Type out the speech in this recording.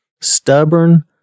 stubborn